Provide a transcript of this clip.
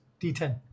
d10